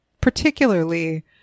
particularly